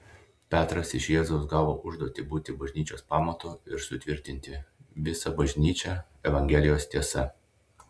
petras iš jėzaus gavo užduotį būti bažnyčios pamatu ir sutvirtinti visą bažnyčią evangelijos tiesa